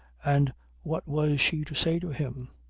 and what was she to say to him?